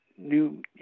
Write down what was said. new